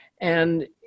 And-